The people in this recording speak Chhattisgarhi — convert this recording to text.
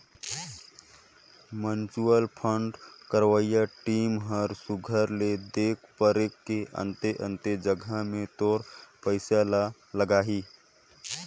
म्युचुअल फंड करवइया टीम ह सुग्घर ले देख परेख के अन्ते अन्ते जगहा में तोर पइसा ल लगाहीं